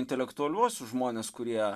intelektualiuosius žmones kurie